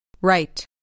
Right